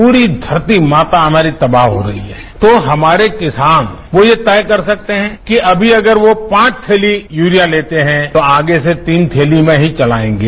पूरी धरती माता हमारी तबाह हो रही है तो हमारे किसान वो ये तय कर सकते हैं कि अमी अगर वो पांच थैलीं ग्ररिया लेते हैं तो आगे से तीन थैली में ही चलाएंगे